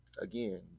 again